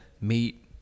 meet